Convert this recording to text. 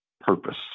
purpose